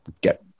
get